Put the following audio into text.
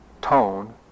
tone